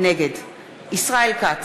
נגד ישראל כץ,